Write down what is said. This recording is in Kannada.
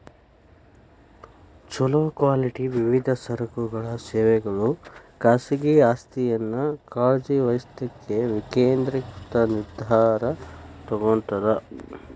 ಛೊಲೊ ಕ್ವಾಲಿಟಿ ವಿವಿಧ ಸರಕುಗಳ ಸೇವೆಗಳು ಖಾಸಗಿ ಆಸ್ತಿಯನ್ನ ಕಾಳಜಿ ವಹಿಸ್ಲಿಕ್ಕೆ ವಿಕೇಂದ್ರೇಕೃತ ನಿರ್ಧಾರಾ ತೊಗೊತದ